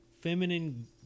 feminine